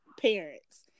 parents